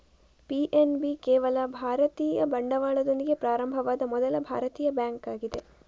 PNB ಕೇವಲ ಭಾರತೀಯ ಬಂಡವಾಳದೊಂದಿಗೆ ಪ್ರಾರಂಭವಾದ ಮೊದಲ ಭಾರತೀಯ ಬ್ಯಾಂಕ್ ಆಗಿದೆ